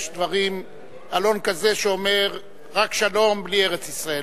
עלון כזה שאומר "רק שלום בלי ארץ-ישראל",